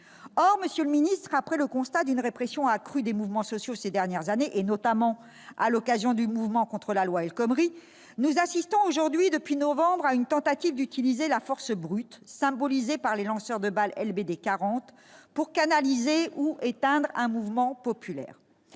Or, monsieur le secrétaire d'État, après le constat d'une répression accrue des mouvements sociaux ces dernières années, notamment à l'occasion du mouvement contre la loi El Khomri, nous assistons depuis novembre à une tentative d'utiliser la force brute, symbolisée par les LBD 40, pour canaliser ou éteindre un mouvement populaire.